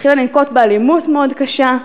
התחילה לנקוט אלימות מאוד קשה.